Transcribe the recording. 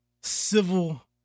civil